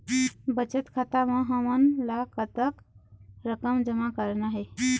बचत खाता म हमन ला कतक रकम जमा करना हे?